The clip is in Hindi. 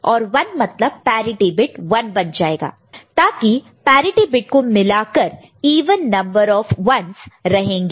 और 1 मतलब पैरिटि बिट 1 बन जाएगा ताकि पैरिटि बिट को मिलाकर इवन नंबर ऑफ 1's रहेंगे